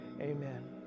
Amen